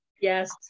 Yes